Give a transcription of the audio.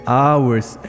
hours